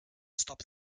stop